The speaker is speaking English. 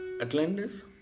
Atlantis